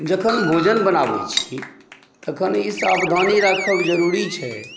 जखन भोजन बनाबै छी तखन ई सावधानी राखब जरूरी छै